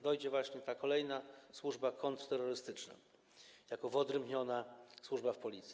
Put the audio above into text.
Dojdzie właśnie ta kolejna służba, kontrterrorystyczna, jako wyodrębniona służba w Policji.